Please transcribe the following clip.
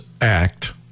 Act